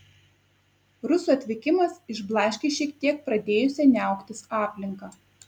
ruso atvykimas išblaškė šiek tiek pradėjusią niauktis aplinką